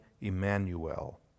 Emmanuel